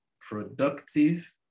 productive